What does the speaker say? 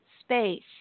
space